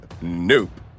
Nope